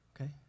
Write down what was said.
okay